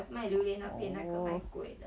oh